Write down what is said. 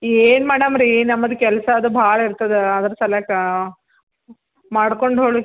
ಏನು ಮೇಡಮ್ ರೀ ನಮ್ಮದು ಕೆಲಸ ಅದು ಭಾಳ ಇರ್ತದೆ ಅದ್ರ ಸಲಕ್ಕಾ ಮಾಡ್ಕೊಂಡು ಹೋಳಿ